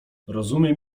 rozumiem